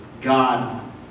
God